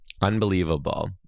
Unbelievable